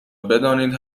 بدانید